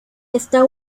esta